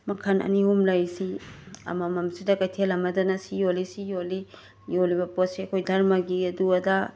ꯃꯈꯟ ꯑꯅꯤ ꯑꯍꯨꯝ ꯂꯩꯁꯤ ꯑꯃꯃꯝꯁꯤꯗ ꯀꯩꯊꯦꯜ ꯑꯃꯗꯅ ꯁꯤ ꯌꯣꯜꯂꯤ ꯁꯤ ꯌꯣꯜꯂꯤ ꯌꯣꯜꯂꯤꯕ ꯄꯣꯠꯁꯦ ꯑꯩꯈꯣꯏ ꯙꯔꯃꯒꯤ ꯑꯗꯨ ꯑꯗꯥ